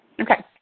Okay